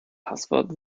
passwort